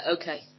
okay